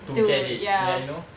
to get it ya you know